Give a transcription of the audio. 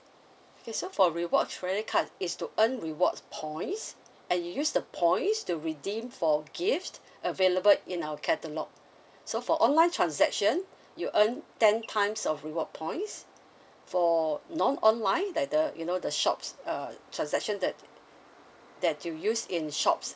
okay so for rewards credit card it's to earn rewards points and you use the points to redeem for gifts available in our catalogue so for online transaction you earn ten times of reward points for non online that the you know the shops uh transaction that that you use in shops